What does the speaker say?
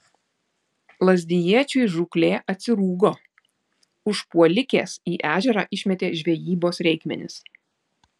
lazdijiečiui žūklė atsirūgo užpuolikės į ežerą išmetė žvejybos reikmenis